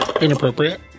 Inappropriate